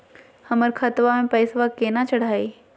हमर खतवा मे पैसवा केना चढाई?